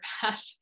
path